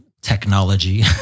technology